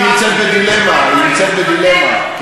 היא נמצאת בדילמה, היא נמצאת בדילמה.